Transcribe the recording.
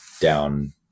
down